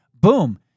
boom